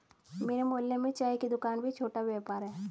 मेरे मोहल्ले की चाय की दूकान भी छोटा व्यापार है